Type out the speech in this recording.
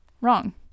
wrong